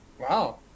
Wow